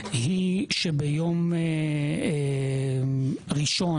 היא שביום ראשון,